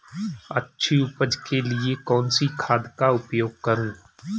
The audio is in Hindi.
अच्छी उपज के लिए कौनसी खाद का उपयोग करूं?